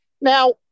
Now